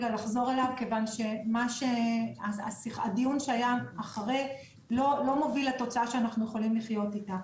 כיוון שהדיון שהיה אחרי לא מוביל לתוצאה שאנחנו יכולים לחיות איתה.